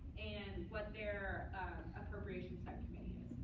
and what their appropriations subcommittee is.